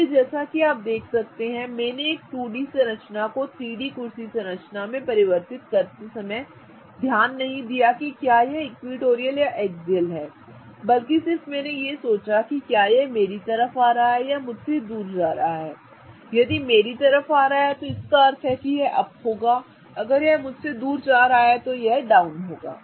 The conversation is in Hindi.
इसलिए जैसा कि आप देख सकते हैं कि मैंने एक 2 डी संरचना को 3 डी कुर्सी संरचना में परिवर्तित करते समय ध्यान नहीं दिया कि क्या यह इक्विटोरियल या एक्सियल है बल्कि मैं यह सोचता रहा कि क्या यह मेरी ओर आ रहा है या मुझसे दूर जा रहा है यदि मेरी और है तो इसका अर्थ है कि यह अप है मुझसे दूर जा रहा है तो यह डाउन है